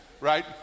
Right